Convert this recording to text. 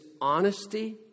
honesty